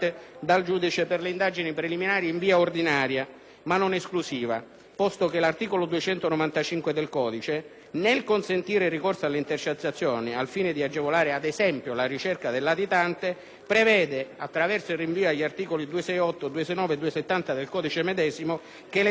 ma non esclusiva, posto che l'articolo 295 del codice, nel consentire il ricorso alle intercettazioni al fine di agevolare, ad esempio, la ricerca del latitante, prevede - mediante il rinvio agli articoli 268, 269 e 270 del codice medesimo - che le stesse siano utilizzabili anche ai fini probatori,